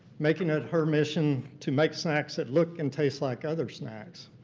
making it her mission to make snacks that look and taste like other snacks.